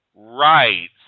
Right